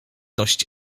dość